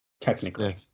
Technically